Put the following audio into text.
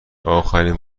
آخرین